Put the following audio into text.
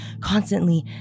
constantly